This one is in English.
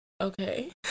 Okay